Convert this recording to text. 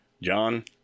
John